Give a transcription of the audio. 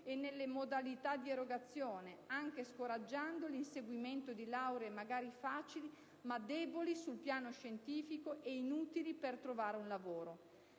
e nelle modalità di erogazione, anche scoraggiando l'inseguimento di lauree magari facili, ma deboli sul piano scientifico e inutili per trovare un lavoro.